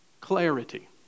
clarity